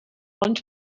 ond